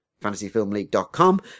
fantasyfilmleague.com